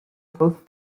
both